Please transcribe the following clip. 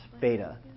beta